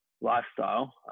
lifestyle